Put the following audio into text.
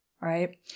right